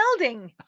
Melding